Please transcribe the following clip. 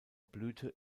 blüte